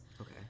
Okay